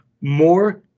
more